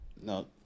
No